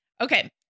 Okay